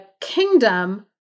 kingdom